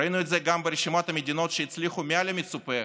ראינו את זה גם ברשימת המדינות שהצליחו מעל המצופה